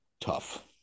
tough